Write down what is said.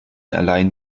allein